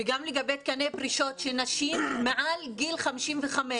וגם לגבי תקני פרישות של נשים מעל גיל 55,